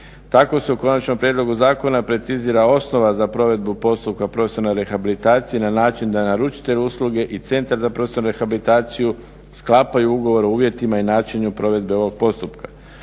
Tako se u Konačnom prijedlogu zakona precizira osnova za provedbu postupka profesionalne rehabilitacije na način da naručitelj usluge i centar za profesionalnu rehabilitaciju sklapaju ugovor o uvjetima i načinu provedbe ovog postupka.